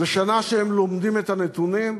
זו שנה שהם לומדים את הנתונים?